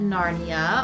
Narnia